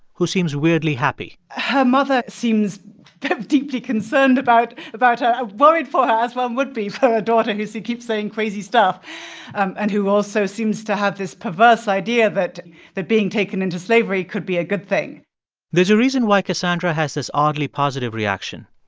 who seems weirdly happy her mother seems kind of deeply concerned about about her ah worried for her, as one would be, for her daughter who keeps saying crazy stuff and who also seems to have this perverse idea that that being taken into slavery could be a good thing there's a reason why cassandra has this oddly positive reaction.